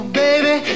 baby